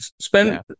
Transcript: spend